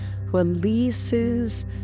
releases